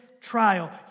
trial